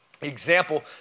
example